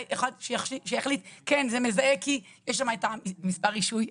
אחד שיחליט שזה מזהה כי יש שם את מספר הרישוי,